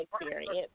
experience